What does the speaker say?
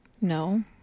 No